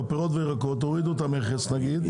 בפירות ובירקות הורידו את המכס נגיד,